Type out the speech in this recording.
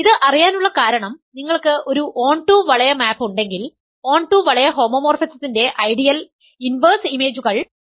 ഇത് അറിയാനുള്ള കാരണം നിങ്ങൾക്ക് ഒരു ഓൺ ടു വളയ മാപ് ഉണ്ടെങ്കിൽ ഓൺ ടു വളയ ഹോമോമോർഫിസത്തിന്റെ ഐഡിയൽ ഇൻവെർസ് ഇമേജുകൾ ഐഡിയലുകൾ ആണ്